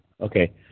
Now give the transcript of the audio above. Okay